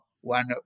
one